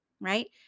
Right